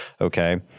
okay